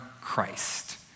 Christ